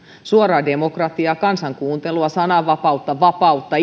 suoraa demokratiaa kansan kuuntelua sananvapautta vapautta